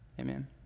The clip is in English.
Amen